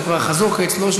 זה כבר חוזר אצלו,